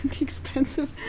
expensive